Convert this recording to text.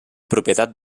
propietat